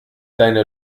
deine